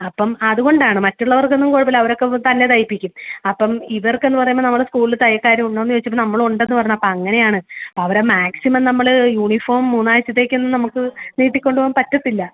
അപ്പം അതുകൊണ്ടാണ് മറ്റുള്ളവർക്കൊന്നും കുഴപ്പവില്ല അവരൊക്കെ തന്നെ തയ്പ്പിക്കും അപ്പം ഇവർക്കെന്ന് പറയുമ്പം നമ്മുടെ സ്കൂളിൽ തയ്യൽക്കാരുണ്ടോന്ന് ചോദിച്ചപ്പം നമ്മളുണ്ടെന്ന് പറഞ്ഞ് അപ്പോൾ അങ്ങനെയാണ് അവരെ മാക്സിമം നമ്മൾ യൂണിഫോ മൂന്നാഴ്ചത്തേക്ക് നമുക്ക് നീട്ടിക്കൊണ്ട് പോവാൻ പറ്റത്തില്ല